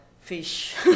fish